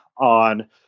on